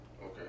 Okay